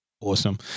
Awesome